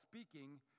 speaking